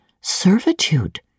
servitude